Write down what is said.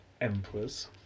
Emperors